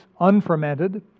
unfermented